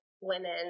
women